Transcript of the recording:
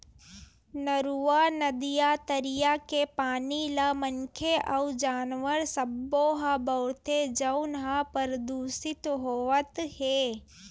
नरूवा, नदिया, तरिया के पानी ल मनखे अउ जानवर सब्बो ह बउरथे जउन ह परदूसित होवत हे